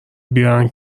بیارن